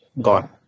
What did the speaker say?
gone